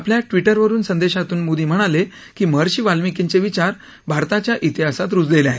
आपल्या ट्विटकर संदेशात मोदी म्हणाले ही महर्षी वाल्मिकींचे विचार भारताच्या इतिहासात रुजलेले आहेत